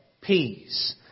peace